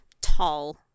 tall